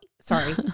sorry